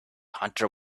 hunter